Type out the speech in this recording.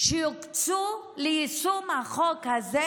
שיוקצו ליישום החוק הזה,